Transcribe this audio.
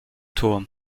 turm